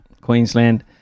Queensland